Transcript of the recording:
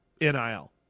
NIL